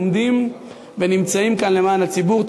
עומדים ונמצאים כאן למען הציבור.